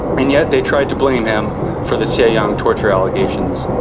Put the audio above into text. and yet they tried to blame him for the xie yang torture allegations.